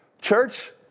Church